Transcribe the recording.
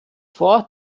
vor